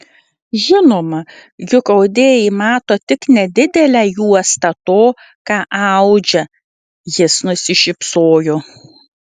žinoma juk audėjai mato tik nedidelę juostą to ką audžia jis nusišypsojo